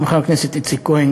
גם חבר הכנסת איציק כהן,